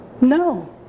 No